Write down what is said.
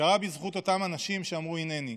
קרה בזכות אותם אנשים שאמרו "הינני"